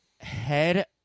head